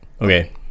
okay